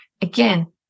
again